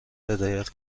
هدایت